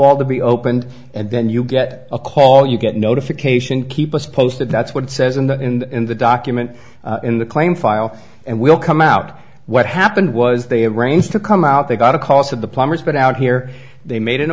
wall to be opened and then you get a call you get notification keep us posted that's what it says in the in the in the document in the claim file and will come out what happened was they had arranged to come out they got a call to the plumbers but out here they made an